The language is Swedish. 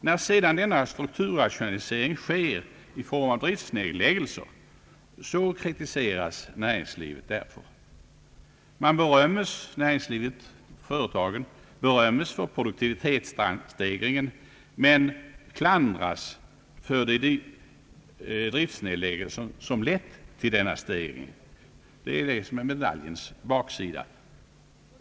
När sedan denna strukturrationalisering slår ut i form av driftnedläggelser, kritiseras näringslivet för detta. Företagen berömmes med andra ord för produktivitetsstegringen, men klandras för de driftnedläggelser som lett till denna stegring. Det är de senare som är medaljens baksida.